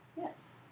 Yes